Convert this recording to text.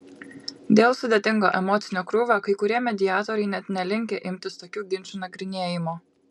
dėl sudėtingo emocinio krūvio kai kurie mediatoriai net nelinkę imtis tokių ginčų nagrinėjimo